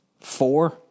Four